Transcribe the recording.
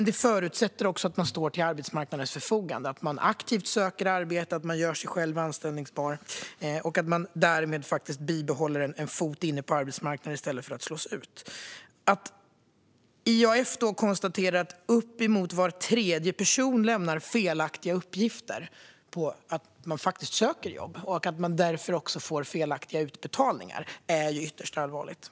Det förutsätter att man står till arbetsmarknadens förfogande, att man aktivt söker arbete och att man gör sig själv anställbar och därmed behåller en fot inne på arbetsmarknaden i stället för att slås ut. Att IAF då konstaterar att uppemot var tredje person lämnar felaktiga uppgifter om att man söker jobb och därför också får felaktiga utbetalningar är ytterst allvarligt.